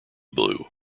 blue